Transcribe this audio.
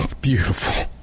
Beautiful